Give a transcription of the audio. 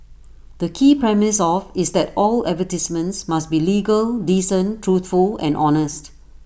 the key premise of is that all advertisements must be legal decent truthful and honest